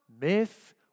myth